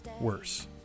worse